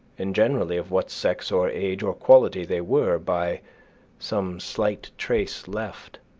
and generally of what sex or age or quality they were by some slight trace left,